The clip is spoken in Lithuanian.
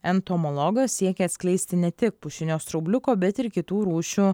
entomologas siekia atskleisti ne tik pušinio straubliuko bet ir kitų rūšių